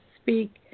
speak